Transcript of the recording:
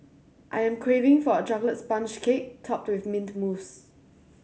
I am craving for a chocolate sponge cake topped with mint mousse